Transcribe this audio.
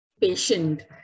patient